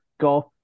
golf